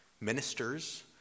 ministers